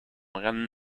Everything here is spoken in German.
rennen